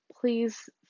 please